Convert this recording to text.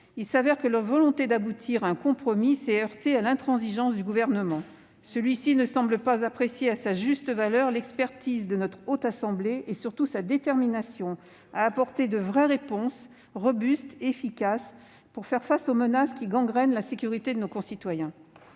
Il s'avère que leur volonté d'aboutir à un compromis s'est heurtée à l'intransigeance du Gouvernement. Celui-ci ne semble pas apprécier à sa juste valeur l'expertise de la Haute Assemblée et, surtout, sa détermination à apporter de vraies réponses, robustes, efficaces, pour faire face aux menaces qui gangrènent la sécurité de nos concitoyens.